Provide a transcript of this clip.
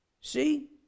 See